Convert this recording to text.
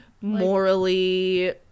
morally